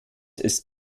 ist